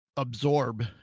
Absorb